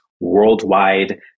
worldwide